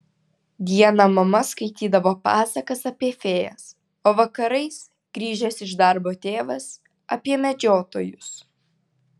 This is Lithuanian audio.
dieną mama skaitydavo pasakas apie fėjas o vakarais grįžęs iš darbo tėvas apie medžiotojus